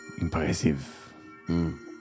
impressive